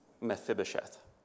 Mephibosheth